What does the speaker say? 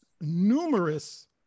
numerous